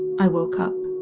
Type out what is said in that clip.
i woke up.